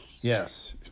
Yes